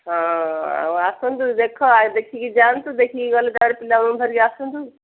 ହଁ ଆଉ ଆସନ୍ତୁ ଦେଖ ଦେଖିକି ଯାଆନ୍ତୁ ଦେଖିକି ଗଲେ ତା ପରେ ପିଲାମାନଙ୍କୁ ଧରି ଆସନ୍ତୁ